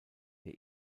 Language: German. der